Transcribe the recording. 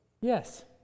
yes